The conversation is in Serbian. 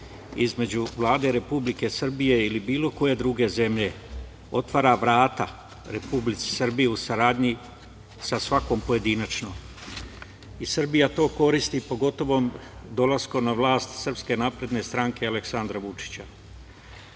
između Vlade Republike Srbije ili bilo koje druge zemlje otvara vrata Republici Srbiji u saradnji sa svakom pojedinačno i Srbija to koristi, pogotovo dolaskom na vlast SNS i Aleksandra Vučića.